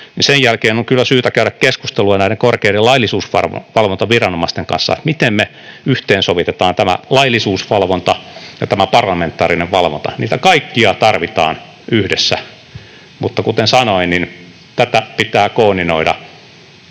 Sen jälkeen on kyllä syytä käydä keskustelua näiden korkeiden laillisuusvalvontaviranomaisten kanssa, miten me yhteensovitamme tämän laillisuusvalvonnan ja tämän parlamentaarisen valvonnan. Niitä kaikkia tarvitaan yhdessä. Kuten sanoin, tätä pitää koordinoida